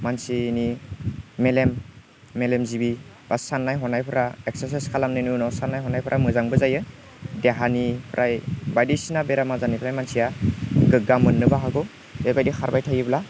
मानसिनि मेलेम मेलेमजिबि बा साननाय हनायफोरा एक्सारसाइस खालामनायनि उनाव साननाय हनायफोरा मोजांबो जायो देहानि प्राय बायदिसिना बेराम आजारनिफ्राय मानसिया गोग्गा मोननोबो हागौ बेबायदि खारबाय थायोब्ला